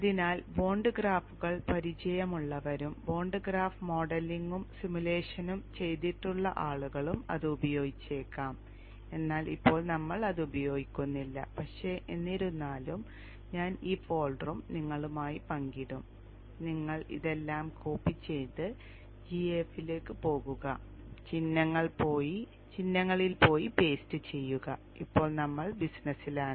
അതിനാൽ ബോണ്ട് ഗ്രാഫുകൾ പരിചയമുള്ളവരും ബോണ്ട് ഗ്രാഫ് മോഡലിംഗും സിമുലേഷനും ചെയ്തിട്ടുള്ള ആളുകളും അത് ഉപയോഗിച്ചേക്കാം എന്നാൽ ഇപ്പോൾ നമ്മൾ അത് ഉപയോഗിക്കുന്നില്ല പക്ഷേ എന്നിരുന്നാലും ഞാൻ ഈ ഫോൾഡറും നിങ്ങളുമായി പങ്കിടും നിങ്ങൾ ഇതെല്ലാം കോപ്പി ചെയ്ത് gaf ലേക്ക് പോകുക ചിഹ്നങ്ങളിൽ പോയി പേസ്റ്റ് ചെയ്യുക ഇപ്പോൾ നമ്മൾ ബിസിനസ്സിലാണ്